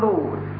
Lord